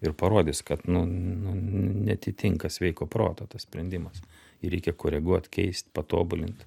ir parodys kad nu nu neatitinka sveiko proto tas sprendimas jį reikia koreguot keist patobulint